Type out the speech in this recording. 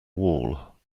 wall